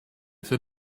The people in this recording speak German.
für